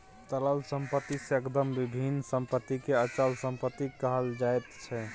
तरल सम्पत्ति सँ एकदम भिन्न सम्पत्तिकेँ अचल सम्पत्ति कहल जाइत छै